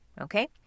okay